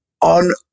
on